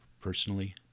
personally